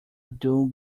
dull